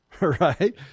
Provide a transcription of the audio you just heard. Right